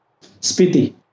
Spiti